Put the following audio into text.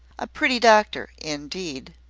a pretty doctor, indeed!